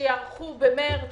שיתקיימו במרס,